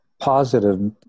positive